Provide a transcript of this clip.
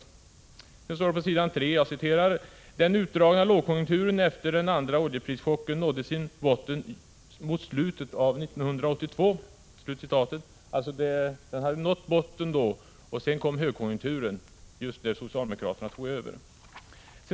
Sedan står det på s. 3: ”Den utdragna lågkonjunkturen efter den andra oljeprischocken nådde sin botten mot slutet av 1982.” Lågkonjunkturen hade alltså då nått botten, och sedan kom högkonjunkturen just när socialdemokraterna tog över.